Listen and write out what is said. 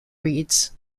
reeds